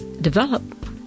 develop